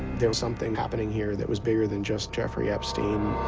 there was something happening here that was bigger than just jeffrey epstein.